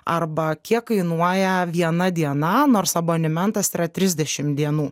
arba kiek kainuoja viena diena nors abonimentas yra trisdešim dienų